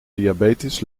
diabetes